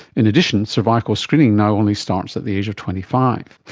in addition, cervical screening now only starts at the age of twenty five.